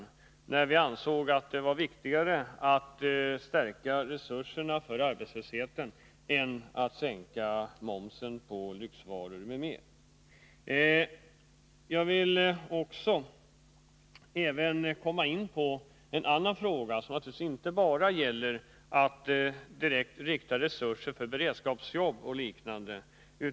Då sade vi 153 att det var viktigare att stärka resurserna när det gäller arbetslösheten än att sänka momsen på lyxvaror m.m. Jag vill också komma in på en annan fråga. Den gäller inte bara direkt riktade resurser för beredskapsjobb och liknande.